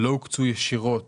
לא הוקצו ישירות